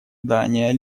дания